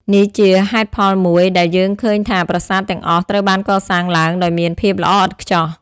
នេះជាហេតុផលមួយដែលយើងឃើញថាប្រាសាទទាំងអស់ត្រូវបានកសាងឡើងដោយមានភាពល្អឥតខ្ចោះ។